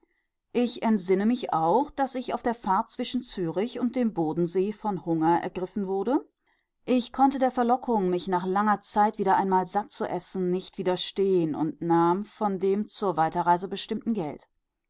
ich entsinne mich auch daß ich auf der fahrt zwischen zürich und dem bodensee von hunger ergriffen wurde ich konnte der verlockung mich nach langer zeit wieder einmal satt zu essen nicht widerstehen und nahm von dem zur weiterreise bestimmten geld